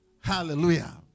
Hallelujah